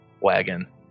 wagon